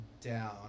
down